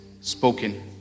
spoken